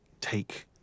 take